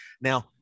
Now